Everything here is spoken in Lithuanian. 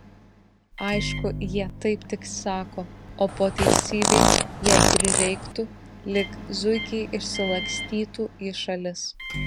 aišku jie taip tik sako o po teisybei jei prireiktų lyg zuikiai išsilakstytų į šalis